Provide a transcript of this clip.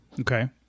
Okay